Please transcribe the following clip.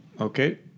Okay